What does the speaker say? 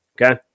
Okay